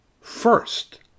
first